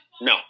No